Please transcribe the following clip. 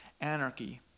anarchy